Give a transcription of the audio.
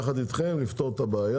יחד איתכם, לפתור את הבעיה.